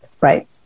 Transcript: Right